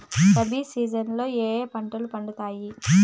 rabi season లో ఏ ఏ పంటలు పండుతాయి